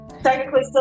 technically